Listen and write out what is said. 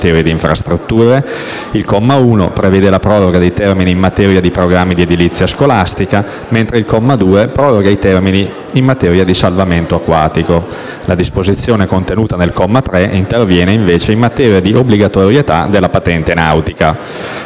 Il comma 1 prevede la proroga di termini in materia di programmi di edilizia scolastica, mentre il comma 2 proroga i termini in materia di salvamento acquatico. La disposizione contenuta nel comma 3 interviene, invece, in materia di obbligatorietà della patente nautica.